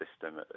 system